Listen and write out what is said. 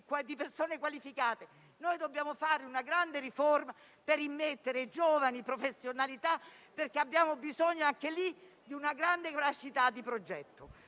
di persone qualificate. Dobbiamo fare una grande riforma per immettere giovani professionalità, perché abbiamo bisogno di una grande capacità di progettazione.